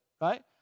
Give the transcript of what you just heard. right